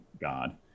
God